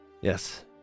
yes